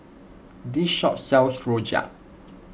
this shop sells Rojak